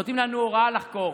נותנים לנו הוראה לחקור.